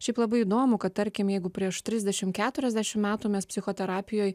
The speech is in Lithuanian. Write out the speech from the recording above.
šiaip labai įdomu kad tarkim jeigu prieš trisdešimt keturiasdešimt metų mes psichoterapijoj